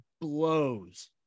blows